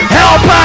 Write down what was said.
help